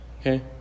okay